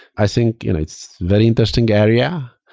i think it's very interesting area,